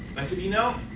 i said, you know